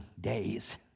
days